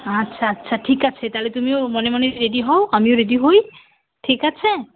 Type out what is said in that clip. আচ্ছা আচ্ছা ঠিক আছে তাহলে তুমিও মনে মনে রেডি হও আমিও রেডি হই ঠিক আছে